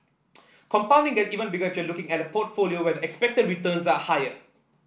compounding get even bigger if you're looking at a portfolio where the expected returns are higher